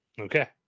Okay